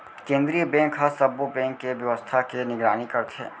केंद्रीय बेंक ह सब्बो बेंक के बेवस्था के निगरानी करथे